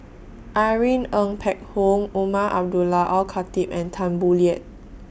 Irene Ng Phek Hoong Umar Abdullah Al Khatib and Tan Boo Liat